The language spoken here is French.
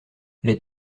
les